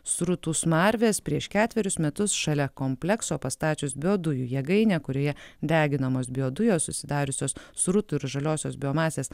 srutų smarvės prieš ketverius metus šalia komplekso pastačius biodujų jėgainę kurioje deginamos biodujos susidariusios srutų ir žaliosios biomasės